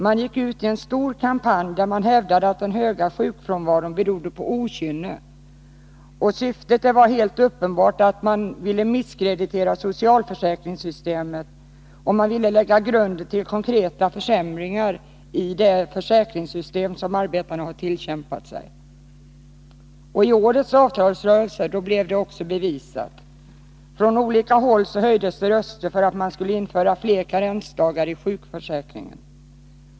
Man gick ut i en stor kampanj där man hävdade att den höga sjukfrånvaron berodde på ”okynne”, och syftet var helt uppenbart att man ville misskreditera socialförsäkringssystemet och lägga grunden till konkreta försämringar i det försäkringssystem som arbetarna tillkämpat sig. I årets avtalsrörelse blev detta också bevisat. Från olika håll höjdes röster för att införa fler karensdagar i sjukförsäkringen.